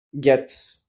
get